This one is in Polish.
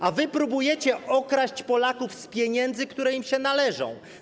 A wy próbujecie okraść Polaków z pieniędzy, które im się należą.